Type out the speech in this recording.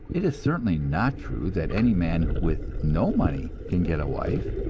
it is certainly not true that any man with no money can get a wife,